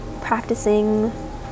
practicing